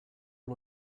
all